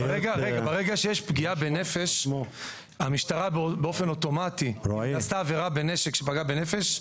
אם נעשתה עבירה בנשק שפגעה בנפש,